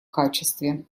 качестве